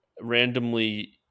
randomly